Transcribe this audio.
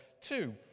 Two